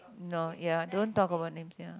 no ya don't talk about themselves